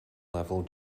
level